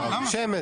שמית.